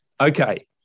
okay